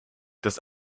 das